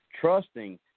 trusting